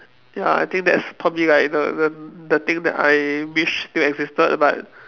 ya I think that's probably like the the the thing that I wish still existed but